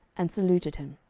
and saluted him.